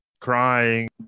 crying